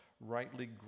rightly